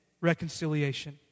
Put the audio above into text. reconciliation